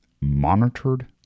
Monitored